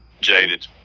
Jaded